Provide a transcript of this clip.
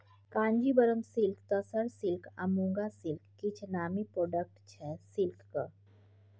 Kanjeevaram silk, tussar silk आ muga silk किछ नामी प्रोडक्ट छै सिल्कक